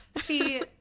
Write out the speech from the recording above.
See